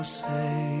say